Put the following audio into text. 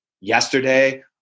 yesterday